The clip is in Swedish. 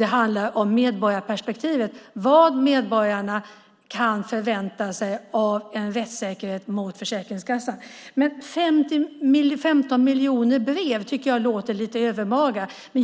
handlar om medborgarperspektivet - vad medborgarna kan förvänta sig av rättssäkerhet mot Försäkringskassan. 15 miljoner brev tycker jag låter lite överdrivet.